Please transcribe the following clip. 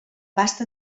pasta